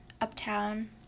Uptown